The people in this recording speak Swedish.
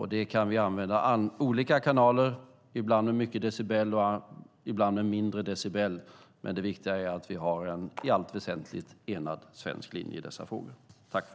Vi kan använda olika kanaler, ibland med många decibel och ibland med få decibel, men det viktiga är att vi har en i allt väsentligt enad svensk linje i dessa frågor.